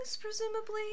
presumably